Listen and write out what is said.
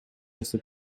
нерсе